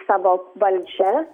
savo valdžia